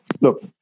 look